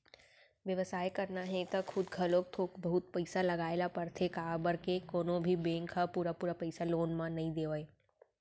बेवसाय करना हे त खुद घलोक थोक बहुत पइसा लगाए ल परथे काबर के कोनो भी बेंक ह पुरा पुरा पइसा लोन म नइ देवय